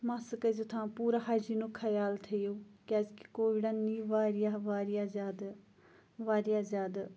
mask ٲسِو تھاوان پوٗرٕ ہایجیٖنُک خَیال تھٲیِو کیاز کہِ کووِڈَن نی واریاہ واریاہ زیادٕ واریاہ زیادٕ